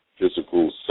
physical